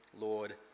Lord